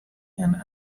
and